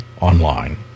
online